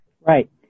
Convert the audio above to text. Right